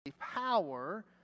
power